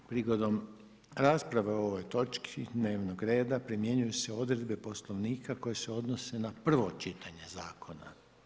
Prigodom rasprave o ovom točki dnevnog reda primjenjuju se odredbe Poslovnika koje se odnose na prvo čitanje Zakona.